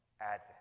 Advent